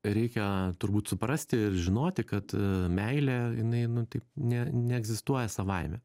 reikia turbūt suprasti ir žinoti kad meilė jinai nu tai ne neegzistuoja savaime